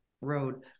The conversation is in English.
road